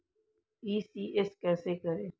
ECS कैसे करें?